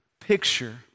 picture